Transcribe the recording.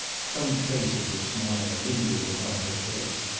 some trace of her smile lingering upon her face.